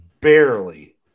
barely